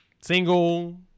single